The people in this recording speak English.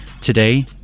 today